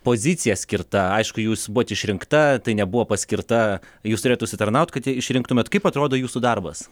pozicija skirta aišku jūs buvot išrinkta tai nebuvo paskirta jūs turėjot užsitarnaut kad išrinktumėt kaip atrodo jūsų darbas